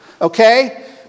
Okay